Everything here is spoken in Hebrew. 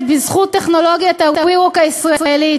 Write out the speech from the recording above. בזכות טכנולוגיית ה-ReWalk הישראלית,